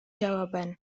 jawaban